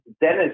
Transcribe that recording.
dennis